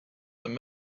and